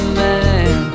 man